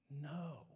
no